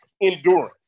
endurance